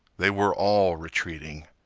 they were all retreating.